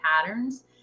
patterns